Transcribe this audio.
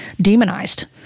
demonized